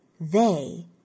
They